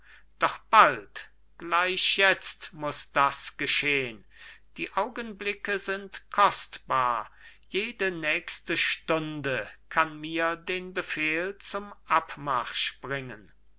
doch bald gleich jetzt muß das geschehn die augenblicke sind kostbar jede nächste stunde kann mir den befehl zum abmarsch bringen